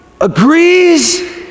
agrees